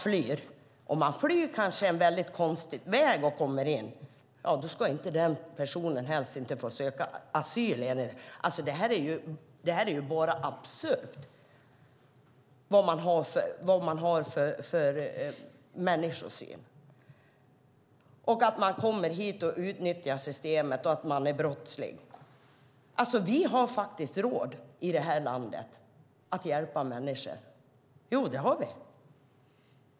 Flyktvägen kan vara konstig innan man kommer hit, men då ska den personen inte få söka asyl. Denna människosyn är absurd! Kent Ekeroth hävdar att dessa människor kommer hit för att utnyttja systemet och att de är brottslingar. Vi har i det här landet råd att hjälpa människor. Jo, det har vi.